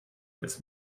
als